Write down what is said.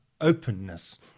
openness